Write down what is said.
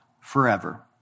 forever